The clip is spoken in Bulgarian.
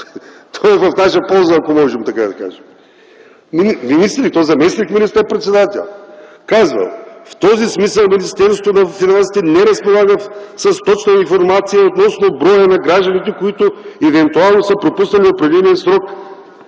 това е в наша полза, ако може така да се каже. Заместник министър-председателят каза: „В този смисъл Министерството на финансите не разполага с точна информация относно броя на гражданите, които евентуално са пропуснали определения срок.”